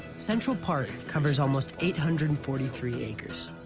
central park covers almost eight hundred and forty three acres.